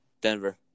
Denver